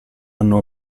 hanno